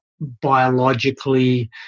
biologically